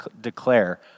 declare